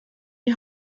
die